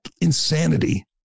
insanity